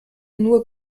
nur